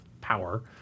power